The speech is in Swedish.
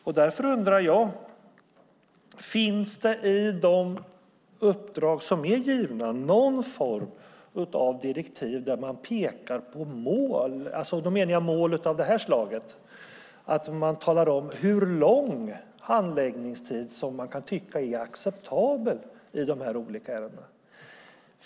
Jag undrar därför: Finns det i de uppdrag som är givna någon form av direktiv där man pekar på ett mål för hur lång handläggningstid som är acceptabel i dessa ärenden?